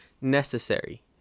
necessary